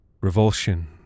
Revulsion